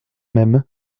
même